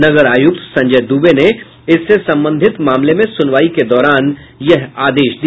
नगर आयुक्त संजय दुबे ने इससे संबंधित मामले में सुनवाई के दौरान यह आदेश दिया